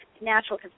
natural